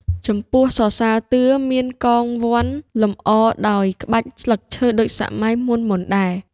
ចំពោះសរសើរតឿ មានកងវណ្ឌលម្អដោយក្បាច់ស្លឹកឈើដូចសម័យ មុនៗដែរ។